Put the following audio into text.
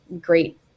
great